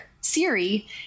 Siri